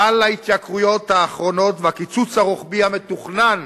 גל ההתייקרויות האחרונות והקיצוץ הרוחבי המתוכנן